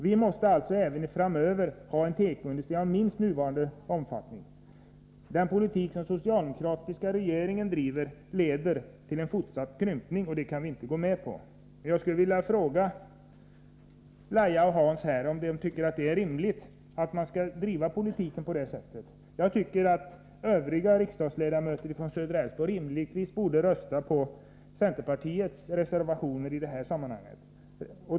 Vi måste alltså även framöver ha en tekoindustri av minst nuvarande omfattning. Den politik som den socialdemokratiska regeringen bedriver leder till en fortsatt krympning, och det kan vi inte gå med på. Låt mig slutligen fråga Lahja Exner och Hans Nyhage om de tycker att det är rimligt att bedriva en sådan politik. Jag anser att övriga riksdagsledamöter från södra Älvsborg rimligen bör rösta för centerpartiets reservation i denna fråga.